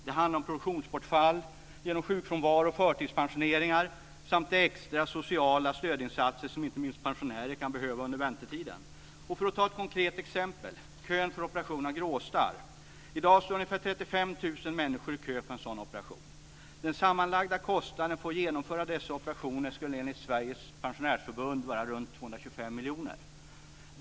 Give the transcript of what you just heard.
Det handlar om produktionsbortfall genom sjukfrånvaro, förtidspensioneringar samt de extra sociala stödinsatser som inte minst pensionärer kan behöva under väntetiden. Jag tar ett konkret exempel, nämligen kön för operation av gråstarr. I dag står ungefär 35 000 människor i kö för en sådan operation. Den sammanlagda kostnaden för att genomföra dessa operationer skulle enligt Sveriges Pensionärsförbund vara runt 225 miljoner kronor.